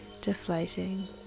deflating